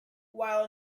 while